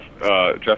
Jeff